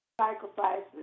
sacrifices